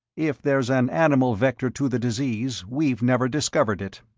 if there's an animal vector to the disease, we've never discovered it.